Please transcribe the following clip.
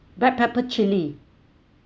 black pepper chilli